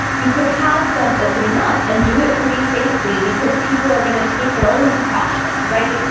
you could have some opening up and do it pretty safely because people are going to take their own precautions. right.